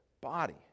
body